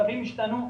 קווים השתנו,